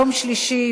יום שלישי,